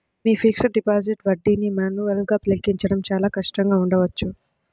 మీ fixed deposit వడ్డీని మాన్యువల్గా లెక్కించడం చాలా కష్టంగా ఉండవచ్చు